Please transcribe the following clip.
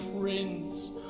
Prince